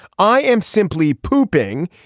i am simply pooping.